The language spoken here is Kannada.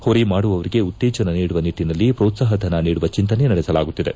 ಪುರಿ ಮಾಡುವವರಿಗೆ ಉತ್ತೇಜನ ನೀಡುವ ನಿಟ್ಟನಲ್ಲಿ ಪೋತ್ಸಾಪಧನ ನೀಡುವ ಚಂತನೆ ನಡೆಸಲಾಗುತ್ತಿದೆ